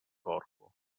corpo